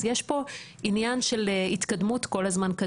אז יש פה עניין של התקדמות קדימה כל הזמן.